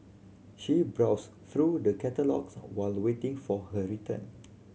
she browsed through the catalogues while waiting for her return